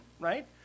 right